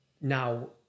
now